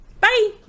Bye